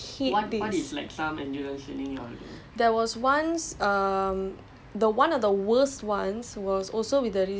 and I'll be alone doing endurance like some idiot like that then I'm like oh my god coach I hate this there was once um